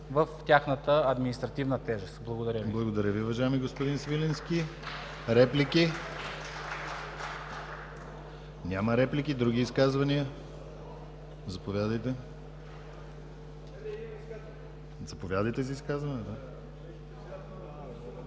в тяхната административна тежест. Благодаря Ви.